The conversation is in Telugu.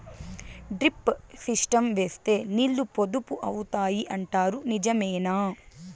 డ్రిప్ సిస్టం వేస్తే నీళ్లు పొదుపు అవుతాయి అంటారు నిజమేనా?